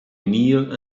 kneel